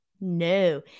No